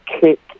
kick